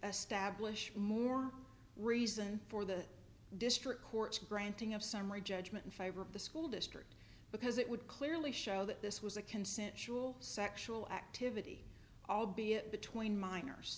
establish more reason for the district court's granting of summary judgment in favor of the school district because it would clearly show that this was a consensual sexual activity albeit between minors